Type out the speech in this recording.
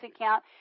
account